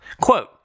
Quote